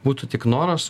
būtų tik noras